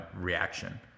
reaction